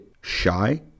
shy